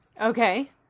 Okay